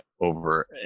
over